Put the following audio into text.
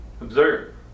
Observe